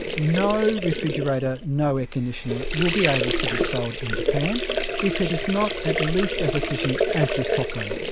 no refrigerator, no air conditioner, will be able to be sold in japan if it is not at least as efficient as this top runner'.